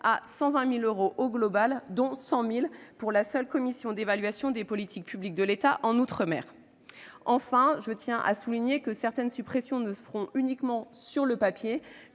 à 120 000 euros au total, dont 100 000 euros pour la seule Commission d'évaluation des politiques publiques de l'État outre-mer. Enfin, il faut souligner que certaines suppressions ne se produiront que sur le papier,